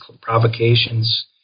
provocations